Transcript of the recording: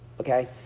Okay